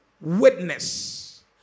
witness